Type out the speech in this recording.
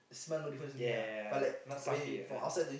yeah not stuffy ah